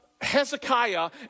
Hezekiah